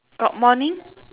got morning